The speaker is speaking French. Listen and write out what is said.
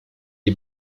est